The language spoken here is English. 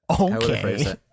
Okay